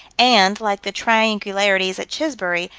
and, like the triangularities at chisbury,